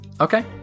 Okay